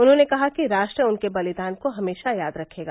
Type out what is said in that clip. उन्होंने कहा कि राष्ट्र उनके बलिदान को हमेशा याद रखेगा